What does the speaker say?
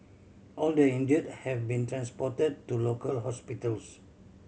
all the injured have been transported to local hospitals